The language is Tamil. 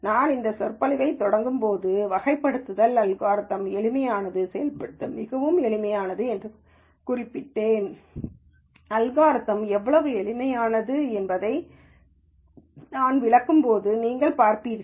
நான் இந்த சொற்பொழிவைத் தொடங்கும்போது வகைப்படுத்தல் அல்காரிதம்களில் எளிமையானது செயல்படுத்த மிகவும் எளிதானது என்று குறிப்பிட்டேன் அல்காரிதம் எவ்வளவு எளிமையானது என்பதை நான் விளக்கும்போது நீங்கள் பார்ப்பீர்கள்